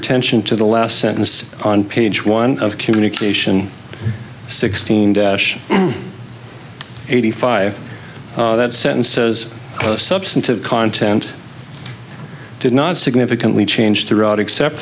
attention to the last sentence on page one of communication sixteen dash eighty five that sentence says substantive content did not significantly change